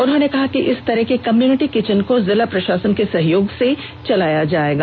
उन्होंने कहा कि इस तरह के कम्युनिटी किचन को जिला प्रशासन के सहयोग से चलाया जाएगा